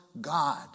God